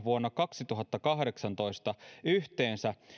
vuonna kaksituhattakahdeksantoista yhteensä